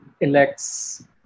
elects